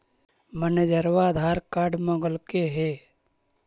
मैनेजरवा आधार कार्ड मगलके हे?